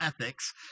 ethics